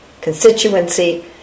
constituency